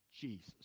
Jesus